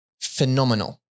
phenomenal